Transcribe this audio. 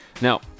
Now